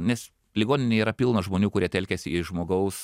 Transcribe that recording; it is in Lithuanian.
nes ligoninėj yra pilna žmonių kurie telkiasi į žmogaus